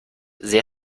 sehr